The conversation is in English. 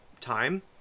time